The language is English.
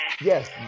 Yes